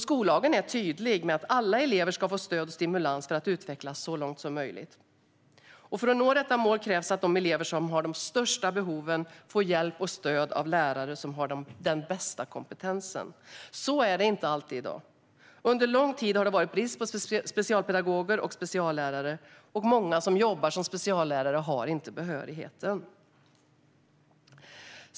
Skollagen är tydlig med att alla elever ska få stöd och stimulans för att utvecklas så långt som möjligt. För att nå detta mål krävs att de elever som har de största behoven får hjälp och stöd av lärare som har den bästa kompetensen. Så är det inte alltid i dag. Under lång tid har det varit brist på specialpedagoger och speciallärare, och många som jobbar som speciallärare har inte behörighet.